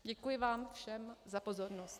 Děkuji vám všem za pozornost.